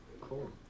Cool